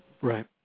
Right